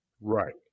Right